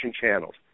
channels